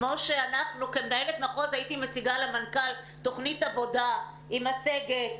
כמו שכמנהלת מחוז הייתי מציגה למנכ"ל תוכנית עבודה עם מצגת,